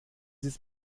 ist